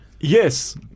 Yes